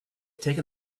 take